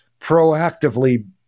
proactively